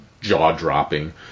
jaw-dropping